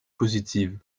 positive